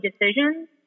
decisions